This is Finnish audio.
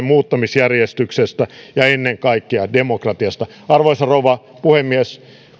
muuttamisjärjestyksestä ja ennen kaikkea demokratiasta arvoisa rouva puhemies ulkoasiainvaliokunnassa